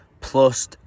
plus